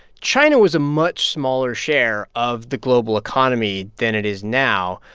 china was a much smaller share of the global economy than it is now.